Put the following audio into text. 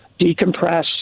decompress